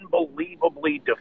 unbelievably